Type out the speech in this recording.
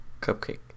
Cupcake